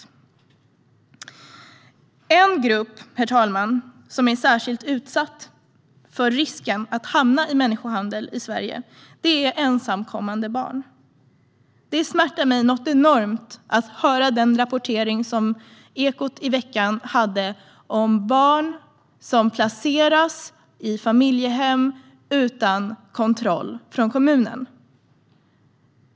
Herr talman! En grupp som är särskilt utsatt för risken att hamna i människohandel i Sverige är ensamkommande barn. Det smärtar mig enormt mycket att höra den rapportering som Ekot hade i veckan om barn som placeras i familjehem utan kontroll från kommunen.